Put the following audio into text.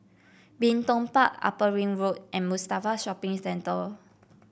Bin Tong Park Upper Ring Road and Mustafa Shopping Centre